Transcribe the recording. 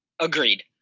Agreed